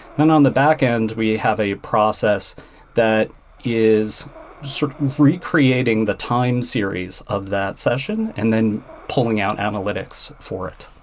then on the backend, we have a process that is sort of re-creating the time series of that session and then pulling out analytics for it.